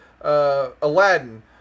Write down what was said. Aladdin